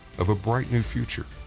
of a bright new future.